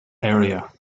area